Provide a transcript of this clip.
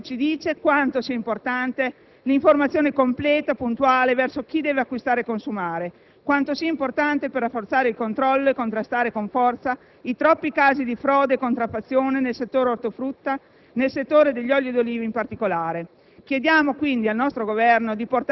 sulle caratteristiche organolettiche. Questo ci dice quanto sia importante l'informazione completa, puntuale, verso chi deve acquistare e consumare, quanto essa sia importante per rafforzare il controllo e contrastare con forza i troppi casi di frode e contraffazione nel settore ortofrutticolo e nel settore degli oli d'oliva in particolare.